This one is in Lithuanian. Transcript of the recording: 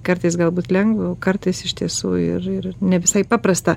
kartais galbūt lengva o kartais iš tiesų ir ir ne visai paprasta